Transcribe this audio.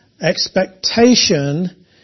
expectation